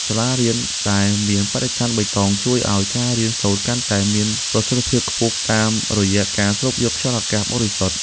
សាលារៀនដែលមានបរិស្ថានបៃតងជួយឱ្យការរៀនសូត្រកាន់តែមានប្រសិទ្ធភាពខ្ពស់តាមរយៈការស្រូបយកខ្យល់អាកាសបរិសុទ្ធ។